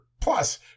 plus